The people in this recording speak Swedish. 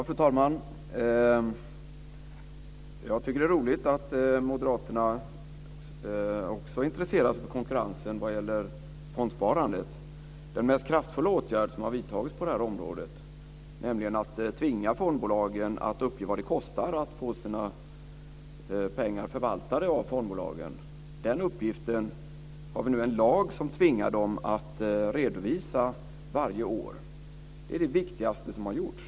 Fru talman! Jag tycker att det är roligt att moderaterna också intresserar sig för konkurrensen vad gäller fondsparandet. Den mest kraftfulla åtgärd som har vidtagits på det här området är att tvinga fondbolagen att uppge vad det kostar att få sina pengar förvaltade av fondbolagen. Den uppgiften har vi nu en lag som tvingar dem att redovisa varje år. Det är det viktigaste som har gjorts.